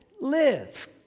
live